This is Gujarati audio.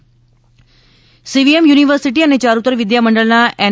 ઈ વેસ્ટ સીવિએમ યુનિવર્સિટી અને યારૂતર વિદ્યામંડળના એન